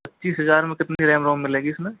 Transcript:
पच्चीस हजार में कितनी रेम रोम मिलेगी इसमें